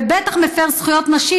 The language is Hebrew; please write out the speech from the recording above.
ובטח מפר זכויות נשים.